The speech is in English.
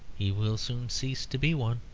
he will soon cease to be one.